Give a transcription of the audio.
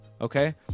okay